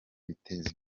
biteza